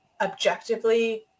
objectively